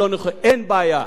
אז אני מודיע לכנסת,